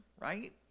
right